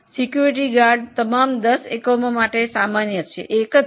security guard બધા દસ એકમો માટે છે